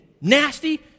nasty